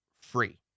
free